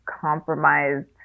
compromised